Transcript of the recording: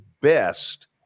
best